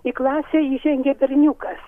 į klasę įžengė berniukas